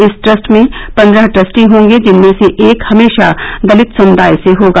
इस ट्रस्ट में पन्द्रह ट्रस्टी होंगे जिनमें से एक हमेशा दलित समुदाय से होगा